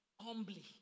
humbly